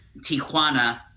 tijuana